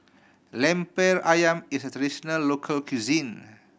Lemper Ayam is a traditional local cuisine